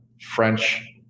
French